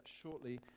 shortly